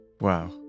Wow